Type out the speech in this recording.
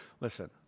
listen